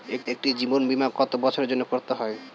একটি জীবন বীমা কত বছরের জন্য করতে হয়?